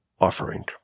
offering